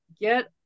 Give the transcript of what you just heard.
get